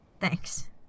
Thanks